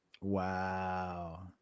Wow